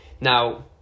now